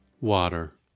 Water